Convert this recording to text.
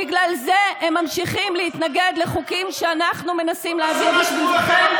בגלל זה הם ממשיכים להתנגד לחוקים שאנחנו מנסים להביא בשבילכם,